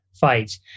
fights